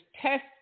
test